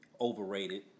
overrated